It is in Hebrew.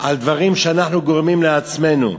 על דברים שאנחנו גורמים לעצמנו.